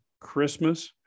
Christmas